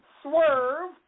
Swerve